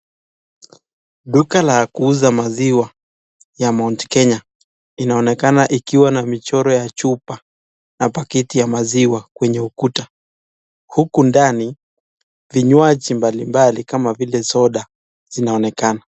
Duka la kuuza maziwa ya Mount Kenya inaonekana ikiwa na michoro ya chupa na paketi ya maziwa kwenye ukuta huku ndani vinywaji mbali mbali kama vile soda zinaonekana.